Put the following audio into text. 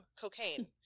cocaine